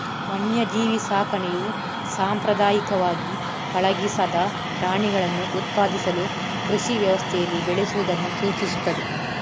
ವನ್ಯಜೀವಿ ಸಾಕಣೆಯು ಸಾಂಪ್ರದಾಯಿಕವಾಗಿ ಪಳಗಿಸದ ಪ್ರಾಣಿಗಳನ್ನು ಉತ್ಪಾದಿಸಲು ಕೃಷಿ ವ್ಯವಸ್ಥೆಯಲ್ಲಿ ಬೆಳೆಸುವುದನ್ನು ಸೂಚಿಸುತ್ತದೆ